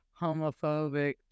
homophobic